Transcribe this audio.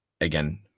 Again